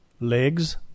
Legs